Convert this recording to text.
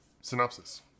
Synopsis